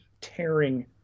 tearing